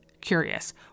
curious